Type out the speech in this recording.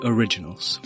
Originals